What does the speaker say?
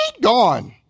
gone